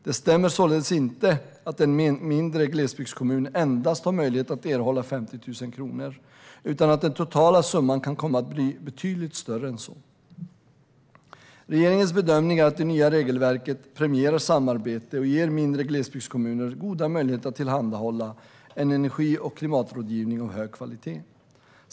Det stämmer således inte att en mindre glesbygdskommun endast har möjlighet att erhålla 50 000 kronor, utan den totala summan kan komma att bli betydligt större än så. Regeringens bedömning är att det nya regelverket premierar samarbete och ger mindre glesbygdskommuner goda möjligheter att tillhandahålla en energi och klimatrådgivning av hög kvalitet.